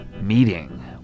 meeting